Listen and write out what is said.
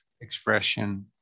expression